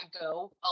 go